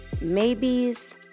maybes